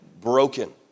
broken